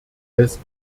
des